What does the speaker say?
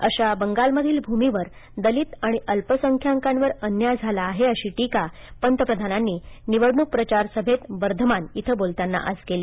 अशा बंगालमधील भूमीवर दलित आणि अल्पसंख्यांवर अन्याय झाला आहे अशी टिका पंतप्रधानांनी निवडणुक प्रचारसभेत बर्धमान इथं बोलताना केली